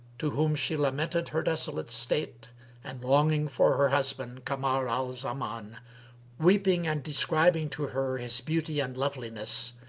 to whom she lamented her desolate state and longing for her husband kamar al-zaman weeping and describing to her his beauty and loveliness,